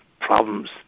problems